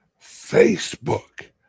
Facebook